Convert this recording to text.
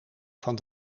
van